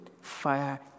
fire